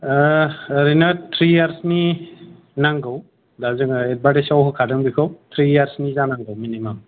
ओ ओरैन थ्री इयार्सनि नांगौ दा जोङो एडभार्टाइजआव होखादों बेखौ थ्री इयार्सनि जानांगोन मिनिमाम